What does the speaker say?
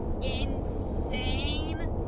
insane